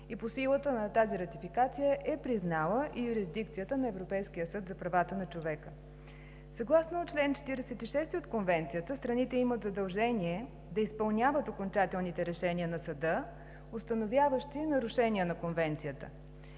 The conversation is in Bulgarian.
и по силата на тази ратификация е признала, юрисдикцията на Европейския съд за правата на човека. Съгласно чл. 46 от Конвенцията страните имат задължение да изпълняват окончателните решения на съда, установяващи нарушения на Конвенцията.